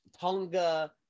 Tonga